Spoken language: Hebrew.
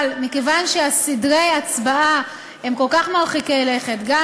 אבל מכיוון שסדרי ההצבעה הם כל כך מרחיקי לכת, גם